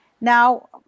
Now